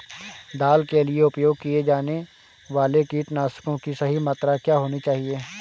दाल के लिए उपयोग किए जाने वाले कीटनाशकों की सही मात्रा क्या होनी चाहिए?